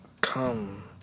come